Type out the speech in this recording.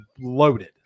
loaded